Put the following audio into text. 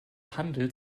handel